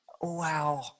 wow